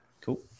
cool